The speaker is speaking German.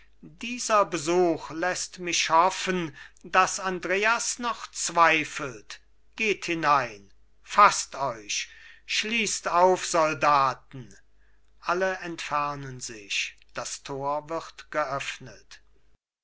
dieser besuch läßt mich hoffen daß andreas noch zweifelt geht hinein faßt euch schließt auf soldaten alle entfernen sich das tor wird geöffnet